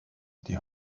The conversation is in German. die